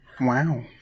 Wow